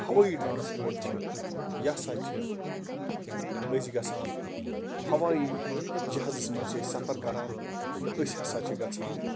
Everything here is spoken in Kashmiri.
ہَوٲیی ٹرانَسپوٹ چھُ یہِ ہسا چھِ أسۍ گژھان ہَوٲیی جَہازَس منٛز چھِ أسۍ سَفر کران تہٕ أسۍ ہسا چھِ گژھان